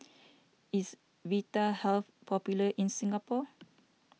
is Vitahealth popular in Singapore